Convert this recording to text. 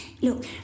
Look